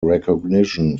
recognition